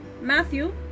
Matthew